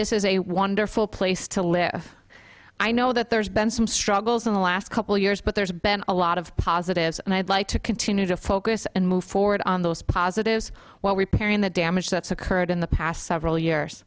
this is a wonderful place to live i know that there's been some struggles in the last couple of years but there's been a lot of positives and i'd like to continue to focus and move forward on those positives while repairing the damage that's occurred in the past several years